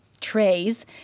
trays